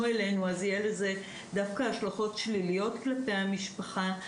אלינו אז יהיה לזה דווקא השלכות שליליות כלפי המשפחה.